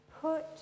Put